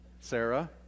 Sarah